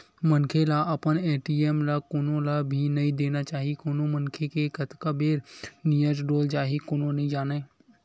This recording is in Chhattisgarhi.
मनखे ल अपन ए.टी.एम ल कोनो ल भी नइ देना चाही कोन मनखे के कतका बेर नियत डोल जाही कोनो नइ जानय